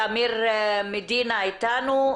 בבקשה, אמיר מדינה אתנו.